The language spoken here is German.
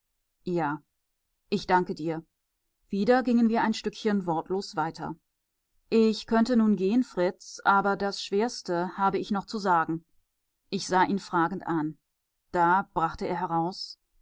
ja ich danke dir wieder gingen wir ein stückchen wortlos weiter ich könnte nun gehen fritz aber das schwerste habe ich noch zu sagen ich sah ihn fragend an da brachte er heraus